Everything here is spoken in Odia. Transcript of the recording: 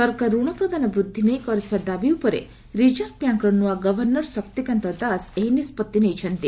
ସରକାର ରଣ ପ୍ରଦାନ ବୃଦ୍ଧି ନେଇ କରିଥିବା ଦାବି ଉପରେ ରିଜର୍ଭ ବ୍ୟାଙ୍କର ନ୍ତଆ ଗଭର୍ଣ୍ଣର ଶକ୍ତିକାନ୍ତ ଦାସ ଏହି ନିଷ୍କଭି ନେଇଛନ୍ତି